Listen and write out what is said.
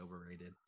overrated